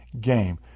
Game